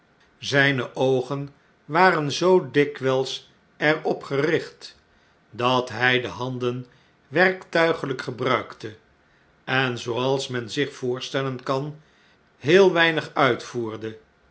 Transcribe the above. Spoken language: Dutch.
zjjne oogen waren zoo dikwijls er op gericht dat hij de handen werktuigljjk gebruikte en zooals men zich voorstellen kan heel weinig uitvoerde